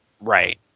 Right